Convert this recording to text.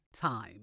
time